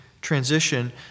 transition